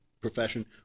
profession